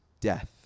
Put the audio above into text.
death